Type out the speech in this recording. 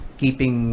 keeping